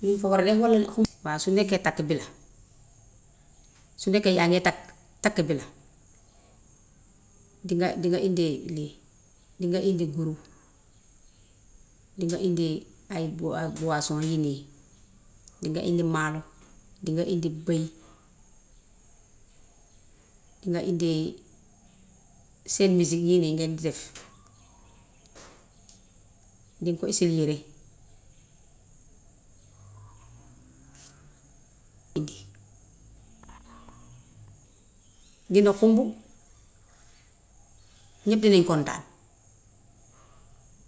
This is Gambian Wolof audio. Luñ fa war a def walla. Waaw su nekkee takk bi la, su nekkee yaa ngi takk, takk bi la dinga dinga indi lii, dinag indi guro, dinga indi ay boisson yii nii, dinga indi maalo, dinga indi bëy, dinag indi seen misik yooyu ngeen di def, diŋ ko isil yëre indi. Dina xumbu, ñépp dinañ kontaan.